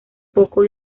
poco